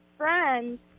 Friends